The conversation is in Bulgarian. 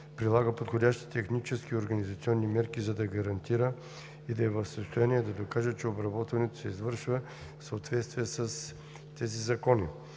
прилага подходящи технически и организационни мерки, за да гарантира и да е в състояние да докаже, че обработването се извършва в съответствие с този закон.